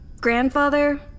grandfather